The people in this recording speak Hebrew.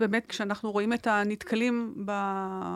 ובאמת כשאנחנו רואים את הנתקלים